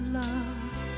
love